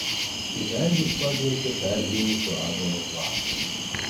į veidus padvelkė perdžiūvusio ąžuolo kvapas